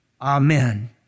Amen